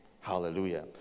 Hallelujah